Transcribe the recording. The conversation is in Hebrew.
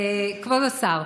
כבוד השר,